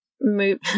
move